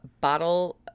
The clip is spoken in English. bottle